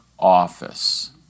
office